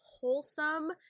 wholesome